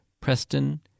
Preston